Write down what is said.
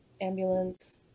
ambulance